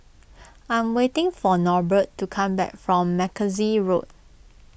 I'm waiting for Norbert to come back from Mackenzie Road